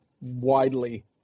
widely